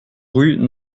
rue